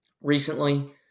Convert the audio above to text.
recently